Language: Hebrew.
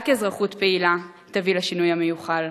רק אזרחות פעילה תביא לשינוי המיוחל,